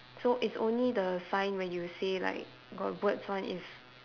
so it's only the sign where you say like got words one is